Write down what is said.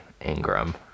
Ingram